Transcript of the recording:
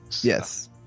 Yes